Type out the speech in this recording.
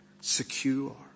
secure